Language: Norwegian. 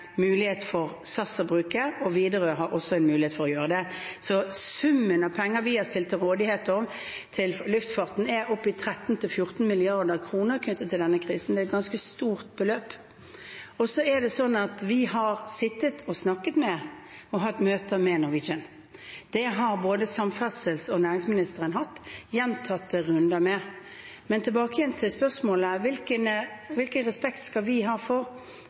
mulighet for SAS å bruke dem, og Widerøe har også en mulighet for å gjøre det. Så summen av penger vi har stilt til rådighet til luftfarten, er oppe i 13–14 mrd. kr knyttet til denne krisen. Det er et ganske stort beløp. Så har vi sittet og snakket og hatt møte med Norwegian. Det har både samferdselsministeren og næringsministeren hatt gjentatte runder med. Men tilbake til spørsmålet: Hvilken respekt skal vi ha for